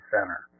Center